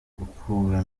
gukura